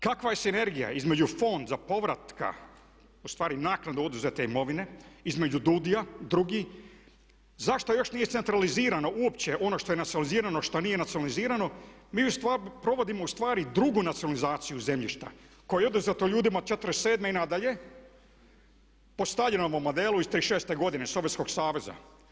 Kakva je sinergija između fond za povratak, ustvari naknade oduzete imovine između DUDI-a … zašto još nije centralizirano uopće ono što je nacionalizirano, što nije nacionalizirano, mi provodimo ustvari drugu nacionalizaciju zemljišta koje je oduzeto ljudima '47. i nadalje po Staljinovom modelu iz '36. godine Sovjetskog saveza.